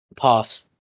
pass